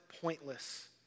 pointless